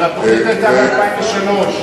אבל התוכנית היתה ב-2003.